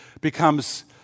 becomes